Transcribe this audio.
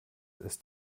ist